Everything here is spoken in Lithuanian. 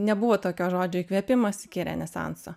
nebuvo tokio žodžio įkvėpimas iki renesanso